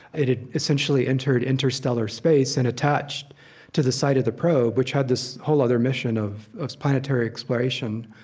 it had essentially entered interstellar space and attached to the side of the probe, which had this whole other mission of planetary exploration.